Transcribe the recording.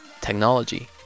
technology